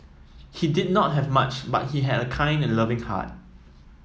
he did not have much but he had a kind and loving heart